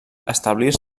establir